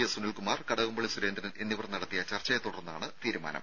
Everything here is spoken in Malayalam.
എസ് സുനിൽകുമാർ കടകംപള്ളി സുരേന്ദ്രൻ എന്നിവർ നടത്തിയ ചർച്ചയെ തുടർന്നാണ് തീരുമാനം